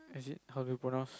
is it how to pronounce